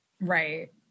Right